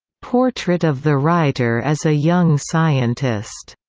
portrait of the writer as a young scientist,